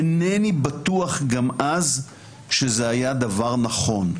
אינני בטוח גם אז שזה היה דבר נכון,